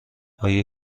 آیا